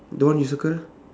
that one you circle